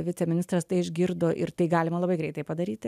viceministras tai išgirdo ir tai galima labai greitai padaryti